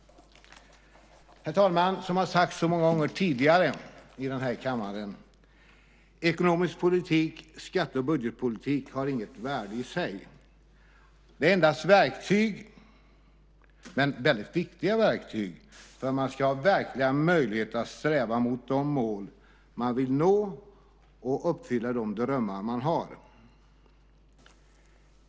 Herr talman! Som har sagts så många gånger tidigare i den här kammaren har ekonomisk politik, skatte och budgetpolitik, inget värde i sig. Det är endast verktyg men väldigt viktiga verktyg för att man ska ha verkliga möjligheter att sträva mot de mål man vill nå och uppfylla de drömmar man har.